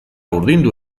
urdindu